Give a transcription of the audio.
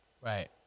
Right